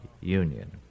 Union